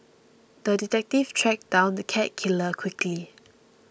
the detective tracked down the cat killer quickly